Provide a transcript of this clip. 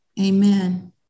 Amen